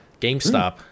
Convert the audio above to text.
GameStop